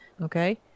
Okay